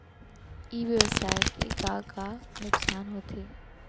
ई व्यवसाय के का का नुक़सान होथे?